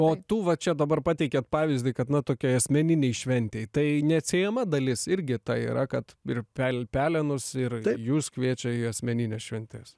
o tų va čia dabar pateikėt pavyzdį kad na tokioje asmeninėj šventėj tai neatsiejama dalis irgi tai yra kad ir pel pelenus ir jus kviečia į asmenines šventes